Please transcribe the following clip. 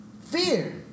Fear